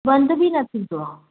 बंदि बि न थींदो आहे